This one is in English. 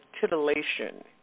titillation